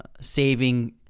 saving